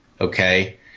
okay